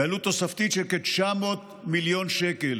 בעלות תוספתית של כ-900 מיליון שקל.